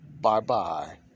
Bye-bye